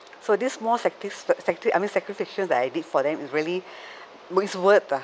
for this small s~ sacri~ I mean sacrificial that I did for them is really it's worth ah